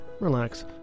relax